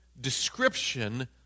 description